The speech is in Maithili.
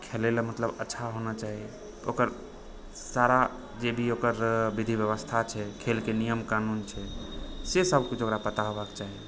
खेलै लए मतलब अच्छा होना चाही ओकर सारा जे भी ओकर विधि व्यवस्था छै खेलक नियम कानून छै से सब किछु ओकरा पता होबाक चाही